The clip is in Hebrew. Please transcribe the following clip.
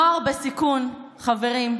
נוער בסיכון, חברים,